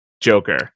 Joker